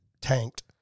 tanked